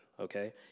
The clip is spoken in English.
Okay